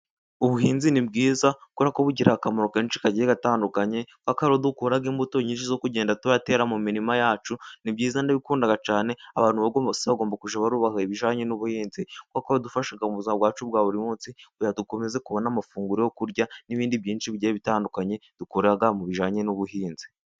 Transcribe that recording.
Ubuhinzi ni bwizakora kuba bugirariye akamaro kenshi kagiye gatandukanye kuberako dukura imbuto nyinshi zo kugenda tuyatera mu mirima yacu, ni byiza ndabikunda cyane, abantu bagomo bagomba kuja warubahiriza ibijanye n'ubuhinzi, kuko bidufasha mu buzima bwacu bwa buri munsi, dukomeze kubona amafunguro yo kurya n'ibindi byinshi bigiye bitandukanye dukura mu bijyanye n'ubuhinzi.